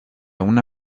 una